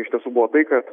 iš tiesų buvo tai kad